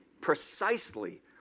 precisely